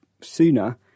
sooner